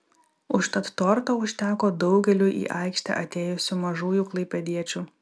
užtat torto užteko daugeliui į aikštę atėjusių mažųjų klaipėdiečių